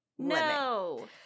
No